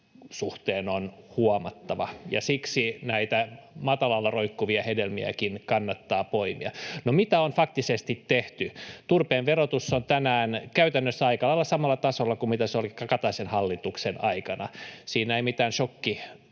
suhteen on huomattava, ja siksi näitä matalalla roikkuvia hedelmiäkin kannattaa poimia. No, mitä on faktisesti tehty? Turpeen verotus on tänään käytännössä aika lailla samalla tasolla kuin mitä se oli Kataisen hallituksen aikana. Siinä ei mitään